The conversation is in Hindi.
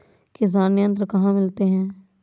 किसान यंत्र कहाँ मिलते हैं?